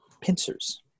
pincers